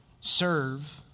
Serve